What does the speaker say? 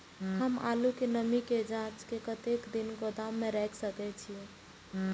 हम आलू के नमी के जाँच के कतेक दिन गोदाम में रख सके छीए?